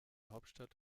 hauptstadt